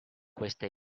queste